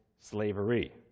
slavery